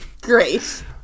Great